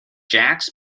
jacques